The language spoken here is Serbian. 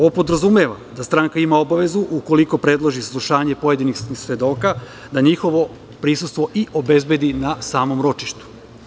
Ovo podrazumeva da stranka ima obavezu, ukoliko predloži saslušanje pojedinih svedoka, da njihovo prisustvo obezbedi na samom ročištu.